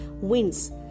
WINS